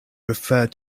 referred